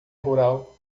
rural